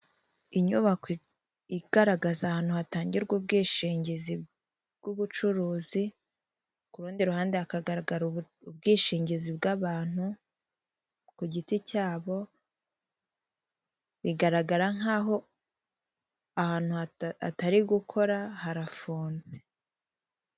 Inyubako igaragaza ahantu hatangirwa ubwishingizi bw'ubucuruzi ku rundi ruhande hakagaragara ubwishingizi bw'abantu ku giti cyabo bigaragara nkaho ahantu hatari gukora harafunze.